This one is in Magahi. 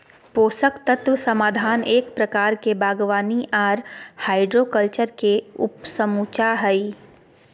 पोषक तत्व समाधान एक प्रकार के बागवानी आर हाइड्रोकल्चर के उपसमुच्या हई,